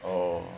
oh